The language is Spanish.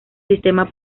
sistema